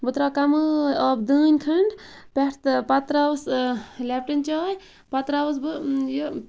بہٕ تراو کمٕے آبہٕ دٲنۍ کھَنٛڈ پٮ۪ٹھ پَتہٕ تراوَس لیٚپٹَن چاے پَتہٕ تراوَس بہٕ یہِ